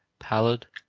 pallid,